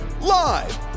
live